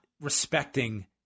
respecting